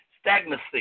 stagnancy